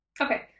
Okay